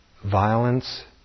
Violence